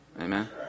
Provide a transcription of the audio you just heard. Amen